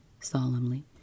solemnly